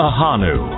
Ahanu